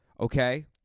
okay